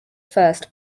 first